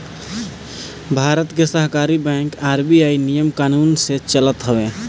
भारत के सहकारी bank RBI नियम कानून से चलत हवे